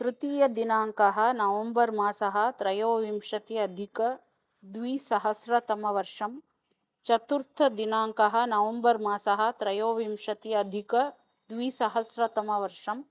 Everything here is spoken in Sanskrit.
तृतीयदिनाङ्कः नवम्बर् मासः त्रयोविंशत्यधिक द्विसहस्रतमवर्षं चतुर्थदिनाङ्कः नवम्बर् मासः त्रयोविंशत्यधिक द्विसहस्रतमवर्षम्